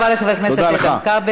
תודה רבה לחבר הכנסת איתן כבל.